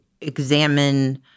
examine